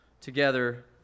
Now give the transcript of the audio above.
together